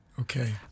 okay